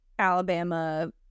Alabama